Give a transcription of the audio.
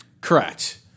Correct